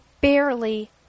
barely